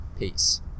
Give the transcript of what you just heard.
Peace